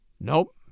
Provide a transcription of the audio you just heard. Nope